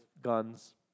guns